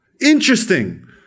Interesting